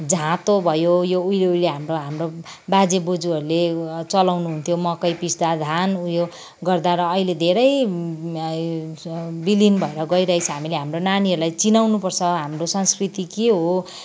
जाँतो भयो यो उहिले उहिले हाम्रो हाम्रो बाजेबज्यूहरूले चलाउनु हुन्थ्यो मकै पिस्दा धान उयो गर्दा र अहिले धेरै बिलिन भएर गइरहेको छ हामीले हाम्रो नानीहरूलाई चिनाउनु पर्छ हाम्रो संस्कृति के हो